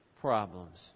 problems